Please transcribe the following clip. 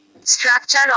Structure